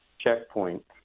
checkpoint